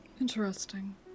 Interesting